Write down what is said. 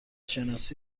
شناسی